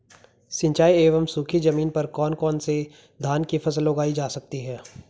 सिंचाई एवं सूखी जमीन पर कौन कौन से धान की फसल उगाई जा सकती है?